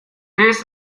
dies